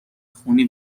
خونی